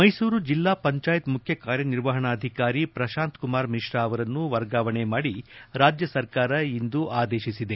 ಮೈಸೂರು ಜಿಲ್ಲಾ ಪಂಚಾಯತ್ ಮುಖ್ಯ ಕಾರ್ಯನಿರ್ವಹಣಾಧಿಕಾರಿ ಪ್ರಶಾಂತ್ ಕುಮಾರ್ ಮಿಶ್ರಾ ಅವರನ್ನು ವರ್ಗಾವಣೆ ಮಾದಿ ರಾಜ್ಯ ಸರ್ಕಾರ ಇಂದು ಆದೇಶಿಸಿದೆ